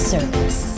Service